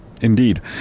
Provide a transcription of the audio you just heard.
Indeed